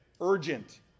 urgent